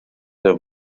der